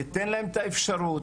ניתן להן את האפשרות,